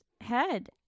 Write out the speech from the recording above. head